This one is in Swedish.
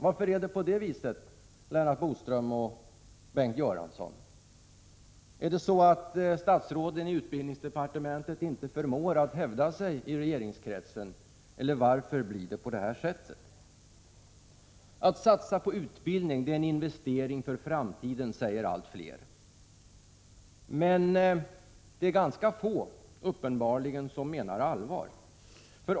Varför är det på det viset, Lennart Bodström och Bengt Göransson? Är det så att statsråden i utbildningsdepartementet inte förmår att hävda sig i regeringskretsen, eller varför blir det på det här sättet? Att satsa på utbildning är en investering för framtiden, säger allt fler. Men uppenbarligen är det ganska få som menar allvar.